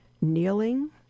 kneeling